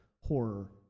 horror